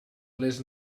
les